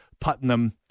Putnam